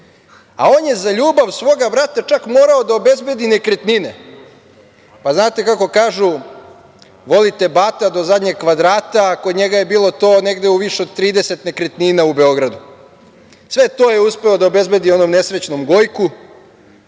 A on je za ljubav svoga brata čak morao da obezbedi nekretnine. Pa znate kako kažu – voli te bata do zadnjeg kvadrata, a kod njega je bilo to negde u više od 30 nekretnina u Beogradu. Sve to je uspeo da obezbedi onom nesrećnom Gojku,